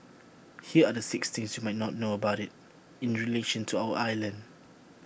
here are the six things you might not know about IT in relation to our island